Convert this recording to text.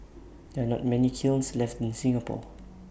there are not many kilns left in Singapore